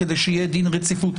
כדי שיהיה דין רציפות.